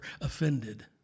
offended